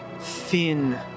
thin